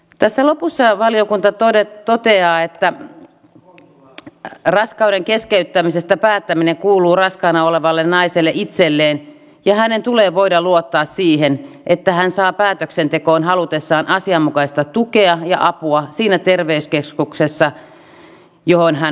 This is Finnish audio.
tässä lopussa valiokunta toteaa että raskauden keskeyttämisestä päättäminen kuuluu raskaana olevalle naiselle itselleen ja hänen tulee voida luottaa siihen että hän saa päätöksentekoon halutessaan asianmukaista tukea ja apua siinä terveyskeskuksessa johon hän hakeutuu